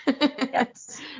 Yes